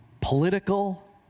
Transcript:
political